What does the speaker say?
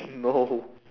no